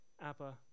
Abba